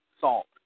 Salt